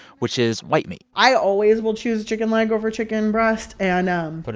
which is white meat i always will choose chicken leg over chicken breast. and. um but